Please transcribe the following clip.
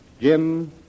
Jim